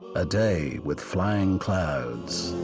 a day with flying clouds